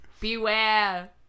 Beware